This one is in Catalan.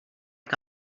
que